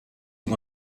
dem